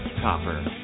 Copper